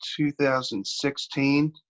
2016